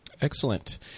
Excellent